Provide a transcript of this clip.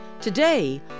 Today